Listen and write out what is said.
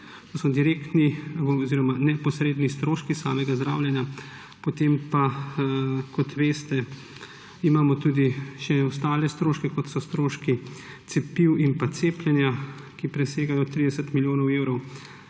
To so direktni oziroma neposredni stroški samega zdravljenja. Potem pa, kot veste, imamo še ostale stroške, kot so stroški cepiv in pa cepljenja, ki presegajo 30 milijonov evrov,